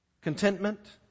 Contentment